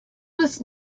was